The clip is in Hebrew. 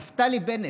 נפתלי בנט,